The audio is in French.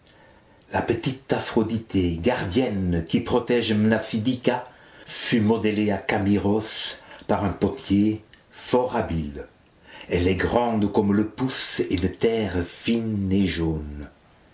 la petite aphroditê gardienne qui protège mnasidika fut modelée à camiros par un potier fort habile elle est grande comme le pouce et de terre fine et jaune